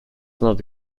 not